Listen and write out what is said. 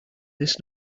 this